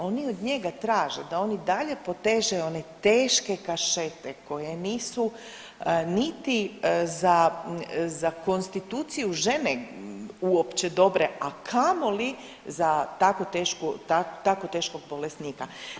Oni od njega traže da on i dalje poteže teške kašete koje nisu niti za konstituciju žene uopće dobre, a kamoli za tako teškog bolesnika.